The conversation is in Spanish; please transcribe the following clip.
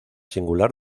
singular